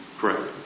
Correct